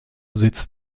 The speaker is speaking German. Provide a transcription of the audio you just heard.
sitz